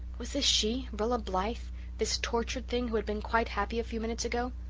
was this she, rilla blythe this tortured thing, who had been quite happy a few minutes ago?